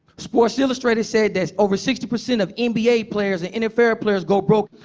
sports illustrated said that over sixty percent of um nba players and nfl players go broke.